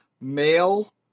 male